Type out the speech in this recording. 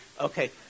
Okay